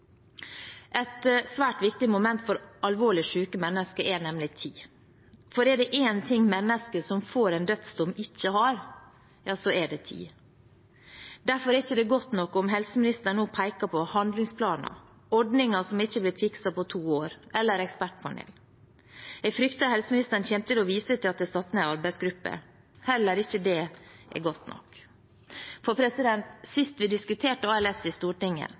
Et svært viktig moment for alvorlig syke mennesker er nemlig tid, for er det én ting mennesker som får en dødsdom, ikke har, er det tid. Derfor er det ikke godt nok om helseministeren nå peker på handlingsplaner, ordninger som ikke er blitt fikset på to år, eller ekspertpanel. Jeg frykter at helseministeren kommer til å vise til at det er satt ned en arbeidsgruppe. Heller ikke det er godt nok. Sist vi diskuterte ALS i Stortinget,